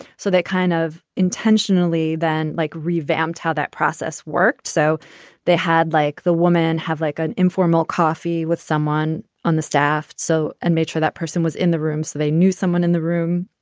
so they kind of intentionally then like revamped how that process worked. so they had like the woman have like an informal coffee with someone on the staff. so and make sure that person was in the room. so they knew someone in the room.